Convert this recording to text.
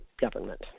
government